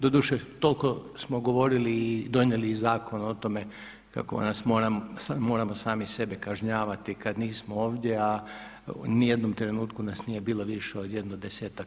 Doduše toliko smo govorili i, donijeli i zakon o tome kako moramo sami sebe kažnjavati kad nismo ovdje, a u ni jednom trenutku nas nije bilo više od jednog 10%